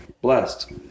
Blessed